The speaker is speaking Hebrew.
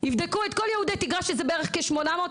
יבדקו את כל יהודי תגרה שזה בערך כ-800,